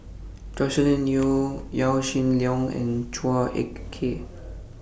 Joscelin Yeo Yaw Shin Leong and Chua Ek Kay